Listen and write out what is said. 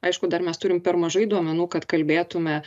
aišku dar mes turim per mažai duomenų kad kalbėtume